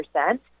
percent